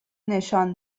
نشان